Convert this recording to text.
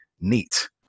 NEAT